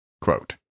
Quote